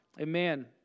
Amen